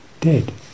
dead